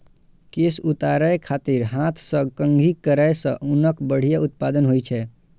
केश उतारै खातिर हाथ सं कंघी करै सं ऊनक बढ़िया उत्पादन होइ छै